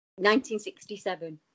1967